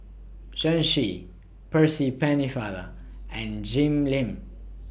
Chen Shiji Percy Pennefather and Jim Lim